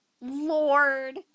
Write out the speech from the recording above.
Lord